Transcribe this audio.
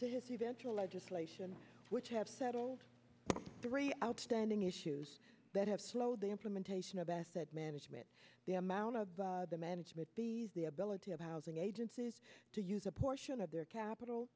to eventual legislation which have settled three outstanding issues that have slowed the implementation of asset management the amount of the management of housing agencies to use a portion of their capital